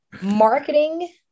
Marketing